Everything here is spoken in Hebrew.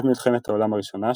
עד מלחמת העולם הראשונה,